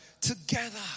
together